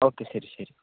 okay ശരി ശരി